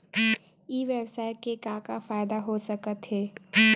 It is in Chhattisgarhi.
ई व्यवसाय से का का फ़ायदा हो सकत हे?